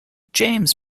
james